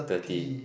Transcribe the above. thirty